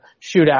shootout